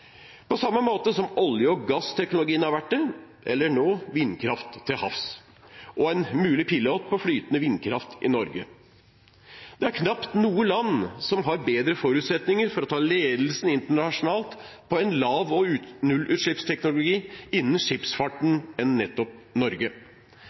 På samme måte som olje- og gassteknologien har vært det – eller nå: vindkraft til havs og en mulig pilot på flytende vindkraft i Norge. Det er knapt noe land som har bedre forutsetninger for å ta ledelsen internasjonalt på en lav- og nullutslippsteknologi innen skipsfarten